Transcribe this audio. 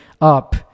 up